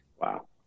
Wow